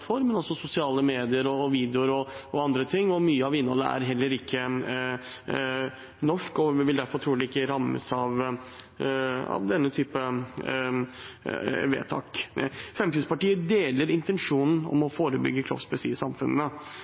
for, men også sosiale medier, videoer og andre ting. Mye av innholdet er heller ikke norsk, og vil derfor trolig ikke rammes av denne typen vedtak. Fremskrittspartiet deler intensjonen om å forebygge kroppspress i